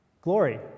Glory